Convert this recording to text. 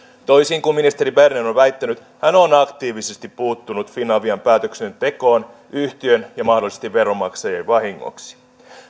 toisin kuin ministeri berner on väittänyt hän on aktiivisesti puuttunut finavian päätöksentekoon yhtiön ja mahdollisesti veronmaksajien vahingoksi